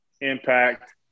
impact